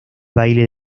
baile